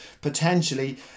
potentially